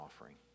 offering